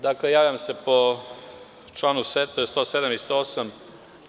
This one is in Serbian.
Dakle, javljam se po članu 107. i 108.